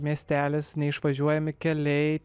miestelis neišvažiuojami keliai